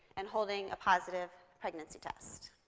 and holding a positive pregnancy test.